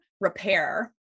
repair